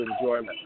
enjoyment